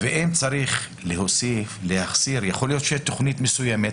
ואם צריך להוסיף או להחסיר יכול להיות שתכנית מסוימת